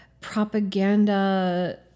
propaganda